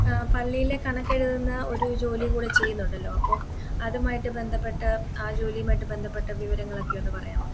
പള്ളിയിലെ കണക്കെഴുതുന്ന ഒരു ജോലി കൂടെ ചെയ്യുന്നുണ്ടല്ലൊ അപ്പോള് അതുമായിട്ട് ബന്ധപ്പെട്ട ആ ജോലിയുമായി ബന്ധപ്പെട്ട വിവരങ്ങളൊക്കെ ഒന്നു പറയാമോ